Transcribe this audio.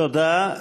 תודה.